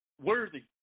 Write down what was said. worthy